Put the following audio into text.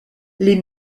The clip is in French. les